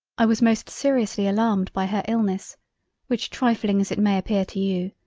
i was most seriously alarmed by her illness which trifling as it may appear to you,